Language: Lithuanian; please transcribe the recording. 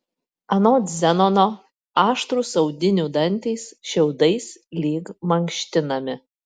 anot zenono aštrūs audinių dantys šiaudais lyg mankštinami